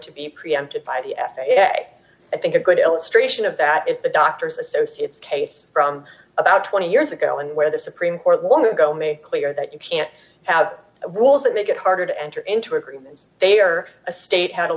to be preempted by the f a a i think a good illustration of that is the doctor's associates case from about twenty years ago and where the supreme court long ago me clear that you can't have rules that make it harder to enter into agreements they are a state had a